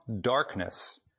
darkness